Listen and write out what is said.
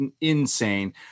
insane